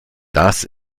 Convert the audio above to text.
das